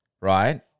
right